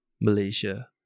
Malaysia